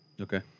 Okay